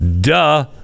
Duh